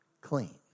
clean